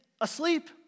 asleep